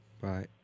Bye